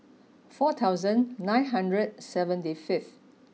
four thousand nine hundred seventy fifth